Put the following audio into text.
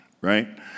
right